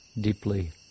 deeply